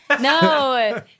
No